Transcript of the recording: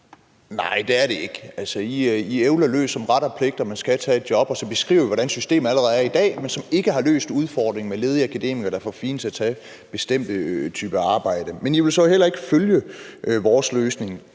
Nej, det er det ikke. Altså, I ævler løs om ret og pligt og om, at man skal tage et job, og så beskriver i, hvordan systemet allerede er i dag, men det er et system, som ikke har løst udfordringen med ledige akademikere, der er for fine til at tage bestemte typer arbejde. Men I vil så heller ikke følge vores løsning